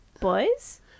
Boys